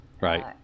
Right